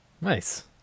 nice